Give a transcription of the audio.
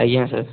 ଆଜ୍ଞା ସାର୍